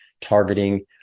targeting